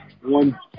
one